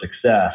success